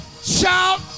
Shout